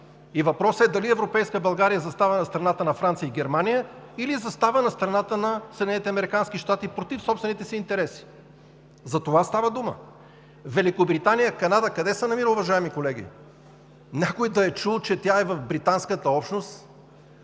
Въпросът е дали европейска България застава на страната на Франция и Германия, или застава на страната на САЩ и против собствените си интереси. За това става дума. Великобритания… Канада къде се намира, уважаеми колеги? Някой да е чул, че тя е в британската общност?